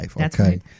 Okay